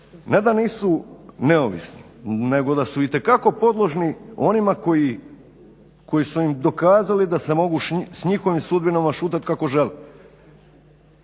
ne da nisu neovisni nego da su itekako podložni onima koji su im dokazali da se mogu s njihovim sudbinama šutat kako želi.